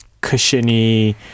cushiony